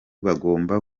bagomba